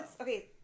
Okay